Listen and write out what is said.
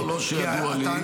לא, לא שידוע לי.